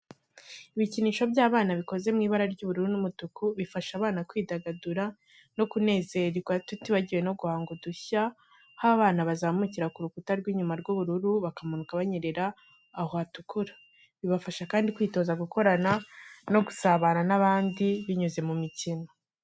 Ibikinisho by'abana bikoze mu ibara ry'ubururu n'umutuku. Bifasha abana kwidagadura no kunezerwa tutibagiwe no guhanga udushya, aho abana bazamukira ku rukuta rw'inyuma rw'ubururu bakamanuka banyerera aho hatukura. Bibafasha kandi kwitoza gukorana no gusabana n’abandi binyuze mu mikino.